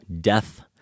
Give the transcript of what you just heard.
death